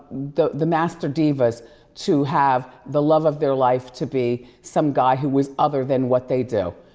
the the master diva's to have the love of their life to be some guy who was other than what they do.